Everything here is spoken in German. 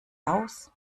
aus